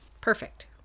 Perfect